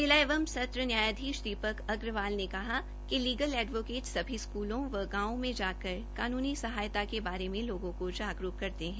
जिला एवं सत्र न्यायाधीश दीपक अग्रवाल ने कहा कि एडवोकेट सभी स्कूलों व गांवों में जाकर कानूनी सहायता के बारे में लोगों को जागरूक करते है